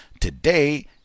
today